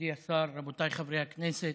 מכובדי השר, רבותיי חברי הכנסת,